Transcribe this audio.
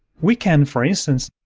we can, for instance,